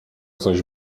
zaś